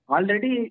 Already